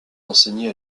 enseigné